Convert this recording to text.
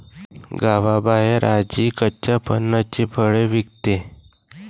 गावाबाहेर आजी कच्च्या फणसाची फळे विकते